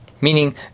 Meaning